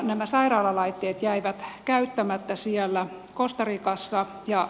nämä sairaalalaitteet jäivät käyttämättä siellä costa ricassa